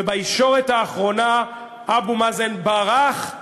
ובישורת האחרונה אבו מאזן ברח,